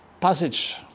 passage